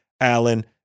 Allen